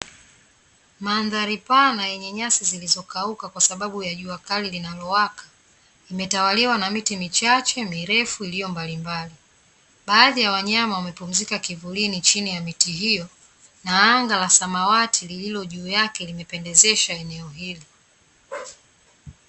Mandhari pana yenye nyasi zilizokauka kwasababu ya jua kali linalowaka, limetawaliwa na miti michache mirefu iliyo mbalimbali, baadhi ya wanyama wamepumzika kivulini chini ya miti hiyo, na anga la samawati lililo juu yake limependezesha eneo hili.